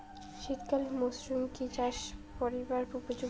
শীতের মরসুম কি চাষ করিবার উপযোগী?